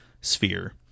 sphere